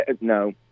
No